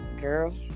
girl